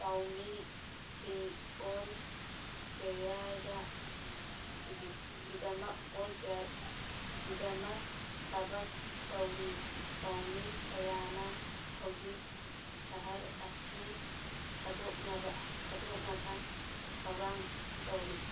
ꯄꯥꯎꯃꯤꯁꯤꯡ ꯑꯣꯟ ꯀꯦꯔꯤꯌꯥꯔꯗ ꯒꯤꯗꯃꯛ ꯑꯣꯟ ꯀꯤꯌꯥꯔꯒꯤꯗꯃꯛ ꯊꯕꯛ ꯇꯧꯔꯤ ꯄꯥꯎꯃꯤ ꯀꯌꯥꯅ ꯍꯧꯖꯤꯛ ꯁꯍꯔ ꯑꯁꯤ ꯊꯥꯗꯣꯛꯅꯕ ꯊꯥꯗꯣꯛꯅꯕ ꯊꯧꯔꯥꯡ ꯇꯧꯔꯤ